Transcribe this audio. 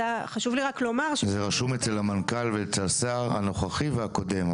זה רשום אצל המנכ"ל ואצל השר הנוכחי והקודם,